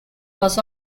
was